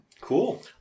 cool